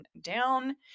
down